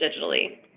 digitally